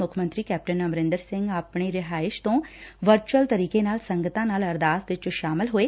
ਮੁੱਖ ਮੰਤਰੀ ਕੈਪਟਨ ਅਮਰਿੰਦਰ ਸਿੰਘ ਆਪਣੇ ਰਿਹਾਇਸ਼ ਤੋ ਵਰਚੂਅਲ ਤਰੀਕੇ ਨਾਲ ਸੰਗਤਾਂ ਨਾਲ ਅਰਦਾਸ ਚ ਸ਼ਾਮਲ ਹੋਏ